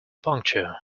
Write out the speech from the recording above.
puncture